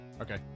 Okay